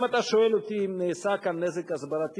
אם אתה שואל אותי אם נעשה כאן נזק הסברתי,